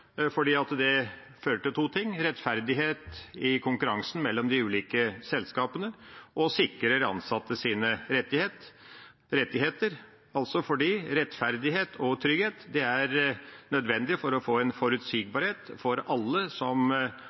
det helt naturlig for oss å være med. Det fører til rettferdighet i konkurransen mellom de ulike selskapene og sikrer de ansattes rettigheter, og rettferdighet og trygghet er nødvendig for å få forutsigbarhet for alle som